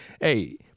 Hey